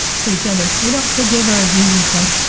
for each other. we don't forgive our abusers though.